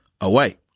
away